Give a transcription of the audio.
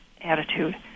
attitude